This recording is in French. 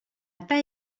pas